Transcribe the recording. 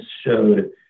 showed